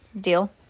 Deal